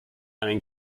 einen